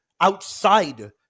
outside